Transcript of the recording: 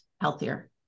healthier